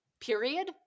period